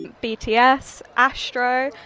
bts, astro,